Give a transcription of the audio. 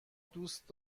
دوست